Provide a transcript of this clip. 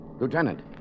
Lieutenant